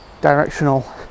directional